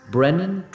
Brennan